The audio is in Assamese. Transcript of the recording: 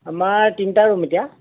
আমাৰ তিনিটা ৰূম এতিয়া